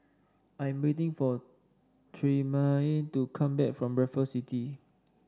I'm waiting for Tremayne to come back from Raffles City